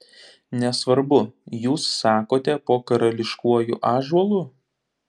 nesvarbu jūs sakote po karališkuoju ąžuolu